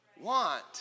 want